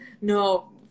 No